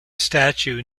statue